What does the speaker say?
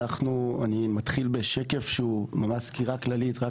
אני מתחיל בשקף שהוא ממש סקירה כללית רק